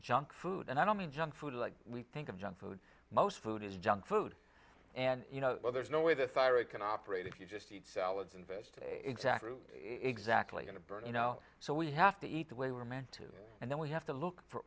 junk food and i don't mean junk food like we think of junk food most food is junk food and you know there's no way the thyroid can operate if you just eat solids invested exactly exactly in a bird you know so we have to eat the way we're meant to and then we have to look for